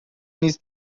نیز